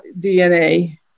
DNA